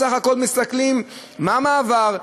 בסך הכול מסתכלים מה המעבר,